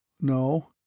No